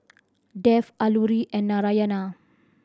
Dev Alluri and Narayana